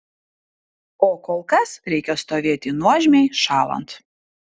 o kol kas reikia stovėti nuožmiai šąlant